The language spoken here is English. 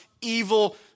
evil